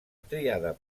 triada